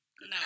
No